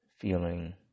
feeling